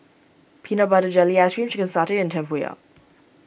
Peanut Butter Jelly Ice Cream Chicken Satay and Tempoyak